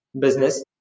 business